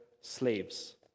slaves